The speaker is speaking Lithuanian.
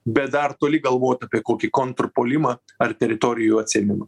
bet dar toli galvot apie kokį kontrpuolimą ar teritorijų atsiėmimą